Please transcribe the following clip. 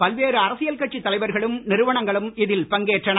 பல்வேறு அரசியல் கட்சித் தலைவர்களும் நிறுவனங்களும் இதில் பங்கேற்றன